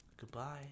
Goodbye